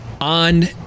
on